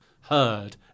heard